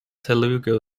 telugu